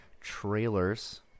trailers